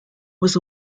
was